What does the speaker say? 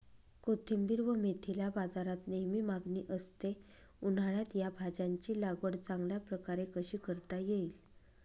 कोथिंबिर व मेथीला बाजारात नेहमी मागणी असते, उन्हाळ्यात या भाज्यांची लागवड चांगल्या प्रकारे कशी करता येईल?